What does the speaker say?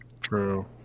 True